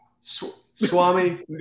Swami